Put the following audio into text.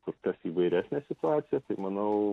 kur kas įvairesnė situacija manau